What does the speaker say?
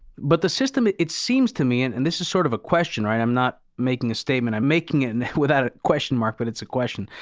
but the system, it it seems to me, and and this is sort of a question, right? i'm not making a statement. i'm making it without a question mark, but it's a question.